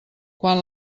quan